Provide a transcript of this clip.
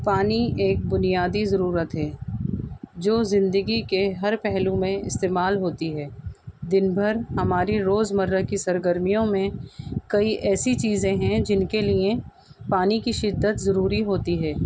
پانی ایک بنیادی ضرورت ہے جو زندگی کے ہر پہلو میں استعمال ہوتی ہے دن بھر ہماری روز مرہ کی سرگرمیوں میں کئی ایسی چیزیں ہیں جن کے لیے پانی کی شدت ضروری ہوتی ہے